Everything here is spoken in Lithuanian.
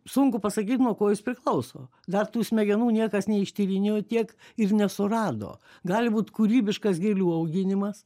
sunku pasakyt nuo ko jis priklauso dar tų smegenų niekas neištyrinėjo tiek ir nesurado gali būt kūrybiškas gėlių auginimas